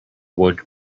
wood